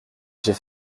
j’ai